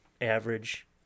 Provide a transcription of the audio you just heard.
average